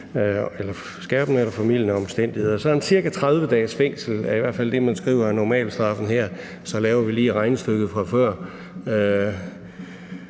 skærpende eller formildende omstændigheder. Så ca. 30 dages fængsel er i hvert fald det, man her skriver er normalstraffen. Og så laver vi lige regnestykket fra før